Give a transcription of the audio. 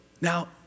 Now